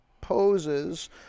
poses